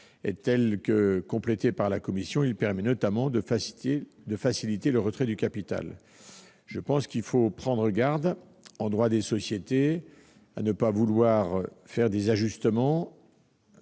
qu'il a été complété par la commission, il permet notamment de faciliter le retrait du capital. J'estime qu'il faut prendre garde, en droit des sociétés, à ne pas procéder à des ajustements